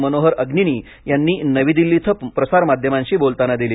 मनोहर अग्निनी यांनी नवी दिल्ली इथं प्रसारमाध्यमांशी बोलताना दिली